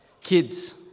Kids